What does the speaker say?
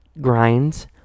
grinds